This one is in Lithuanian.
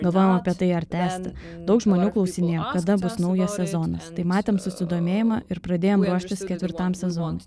galvojam apie tai ar tęsti daug žmonių klausinėjo kada bus naujas sezonas tai matėm susidomėjimą ir pradėjom ruoštis ketvirtam sezonui